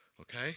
Okay